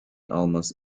almost